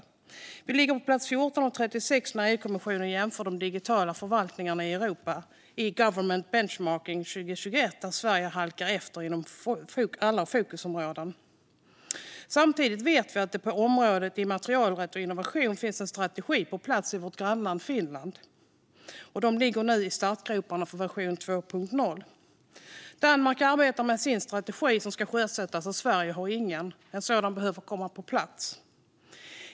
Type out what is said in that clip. Sverige ligger på plats 14 av 36 när EU-kommissionen jämför de digitala förvaltningarna i Europa i e-Government Benchmark 2021, där Sverige halkar efter inom alla fokusområden. Samtidigt vet vi att det på området immaterialrätt och innovation finns en strategi på plats i vårt grannland Finland. De ligger nu i startgroparna för version 2.0. Danmark arbetar med sin strategi som ska sjösättas, men Sverige har ingen. En sådan behöver komma på plats.